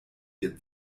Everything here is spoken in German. wir